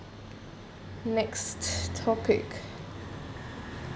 next topic